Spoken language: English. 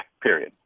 period